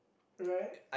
right